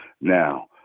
now